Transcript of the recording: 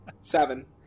Seven